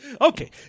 Okay